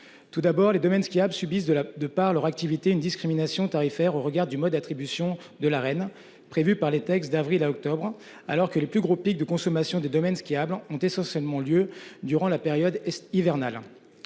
Tout d'abord les domaines skiables subissent de la, de par leur activité une discrimination tarifaire au regard du mois d'attribution de la reine prévue par les textes, d'avril à octobre, alors que les plus gros pics de consommation des domaines skiables ont essentiellement lieu durant la période hivernale.